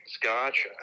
Gotcha